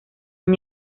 han